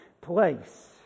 place